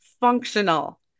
functional